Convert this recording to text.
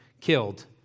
killed